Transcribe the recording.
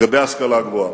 1. לגבי ההשכלה הגבוהה.